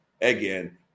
again